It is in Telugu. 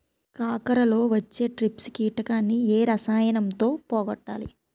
కాకరలో వచ్చే ట్రిప్స్ కిటకని ఏ రసాయనంతో పోగొట్టాలి?